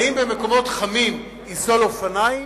האם במקומות חמים ייסעו באופניים?